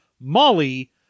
Molly